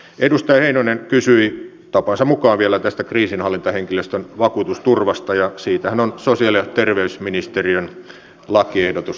edustaja heinonen kysyi tapansa mukaan vielä tästä kriisinhallintahenkilöstön vakuutusturvasta ja siitähän on sosiaali ja terveysministeriön lakiehdotus lähiaikoina tulossa